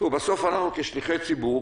בסוף אנחנו כשליחי ציבור